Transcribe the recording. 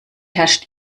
herrscht